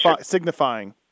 Signifying